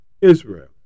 Israel